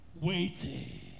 waiting